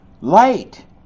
Light